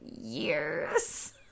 years